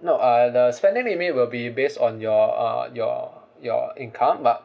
no uh the spending limit will be base on your uh your your income but